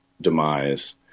demise